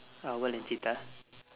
owl and cheetah